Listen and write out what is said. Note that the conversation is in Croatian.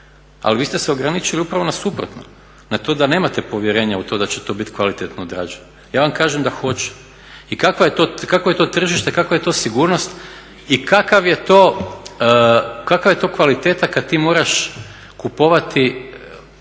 Ali vi ste se ograničili upravo na suprotno, na to da nemate povjerenja u to da će to biti kvalitetno odrađeno. Ja vam kažem da hoće. I kakvo je to tržište, kakva je to sigurnost i kakva je to kvaliteta kad ti moraš kupovati